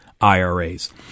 IRAs